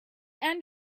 end